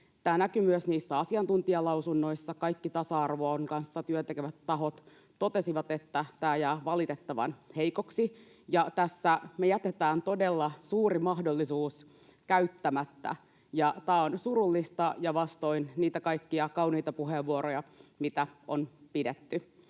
Tämä näkyy myös asiantuntijalausunnoissa: kaikki tasa-arvon kanssa työtä tekevät tahot totesivat, että tämä jää valitettavan heikoksi ja me jätetään tässä todella suuri mahdollisuus käyttämättä. Tämä on surullista ja vastoin niitä kaikkia kauniita puheenvuoroja, mitä on pidetty.